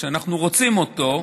ושאנחנו רוצים אותו,